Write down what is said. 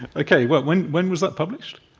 okay, well when when was that published?